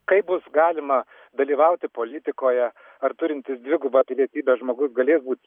kaip bus galima dalyvauti politikoje ar turintis dvigubą pilietybę žmogus galės būt